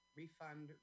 refund